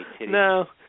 No